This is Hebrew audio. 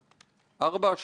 שרוב האנשים,